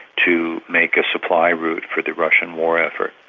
to make a supply route for the russian war effort.